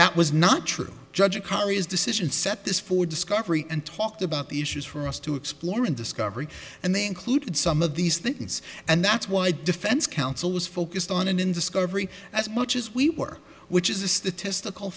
that was not true judge a car is decision set this for discovery and talked about the issues for us to explore in discovery and they included some of these things and that's why defense counsel was focused on and in discovery as much as we were which is a statistical